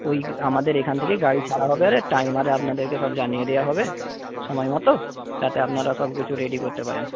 ওই আমাদের এখান থেকেই গাড়ি ছাড়া হবে আর টাইম আরে আপনাদের কে সব জানিয়ে দেওয়া হবে সময় মতো যাতে আপনারা সব কিছু রেডি করতে পারেন